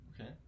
Okay